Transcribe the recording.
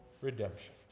redemption